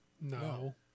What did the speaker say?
No